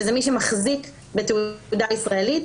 שזה מי שמחזיק בתעודה ישראלית,